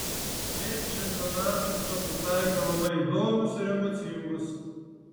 šiaip čempionatas pasitaikė labai įdomus ir emocingas